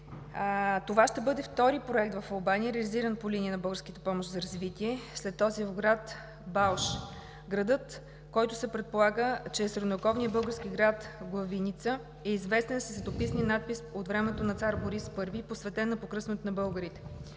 Това ще бъде втори проект в Албания, реализиран по линия на българската помощ за развитие, след този в град Балш – градът, който се предполага, че е средновековният български град Главиница, известен с летописния надпис от времето на цар Борис I и посветен на покръстването на българите.